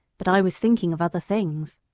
but i was thinking of other things.